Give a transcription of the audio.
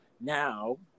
now